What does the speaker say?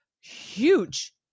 huge